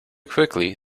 quickly